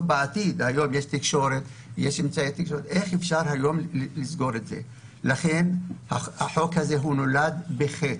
החוק הזה נולד בחטא.